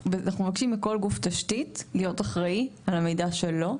אנחנו מבקשים מכל גוף תשתית להיות אחראי על המידע שלו,